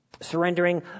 surrendering